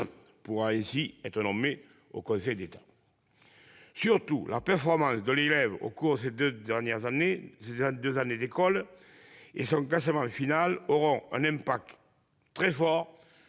pourra ainsi être nommé au Conseil d'État. Surtout, la performance de l'élève au cours de ses deux années d'école et son classement final auront un impact très fort